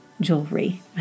jewelry